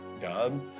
God